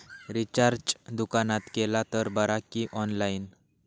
Recharge दुकानात केला तर बरा की ऑनलाइन?